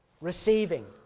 Receiving